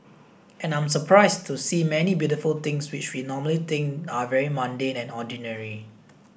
and I'm surprised to see many beautiful things which we normally think are very mundane and ordinary